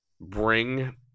bring